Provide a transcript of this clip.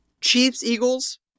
Chiefs-Eagles